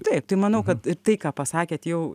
taip tai manau kad tai ką pasakėt jau